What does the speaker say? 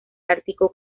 ártico